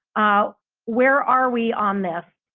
ah where are we on this?